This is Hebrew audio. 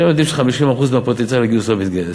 שנינו יודעים ש-50% מפוטנציאל הגיוס לא מתגייס.